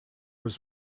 was